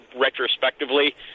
retrospectively